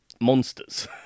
monsters